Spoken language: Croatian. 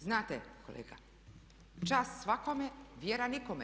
Znate kolega čast svakome, vjera nikome.